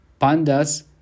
Pandas